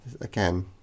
again